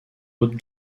haute